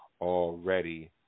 already